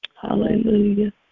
Hallelujah